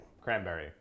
cranberry